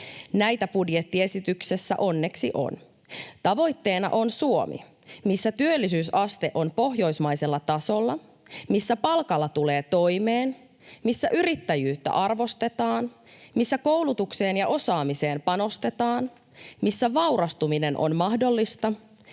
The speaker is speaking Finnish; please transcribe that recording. Näitä budjettiesityksessä onneksi on. Tavoitteena on Suomi, missä työllisyysaste on pohjoismaisella tasolla, missä palkalla tulee toimeen, missä yrittäjyyttä arvostetaan, missä koulutukseen ja osaamiseen panostetaan, missä vaurastuminen on mahdollista,